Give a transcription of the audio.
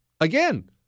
again